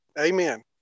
Amen